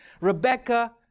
Rebecca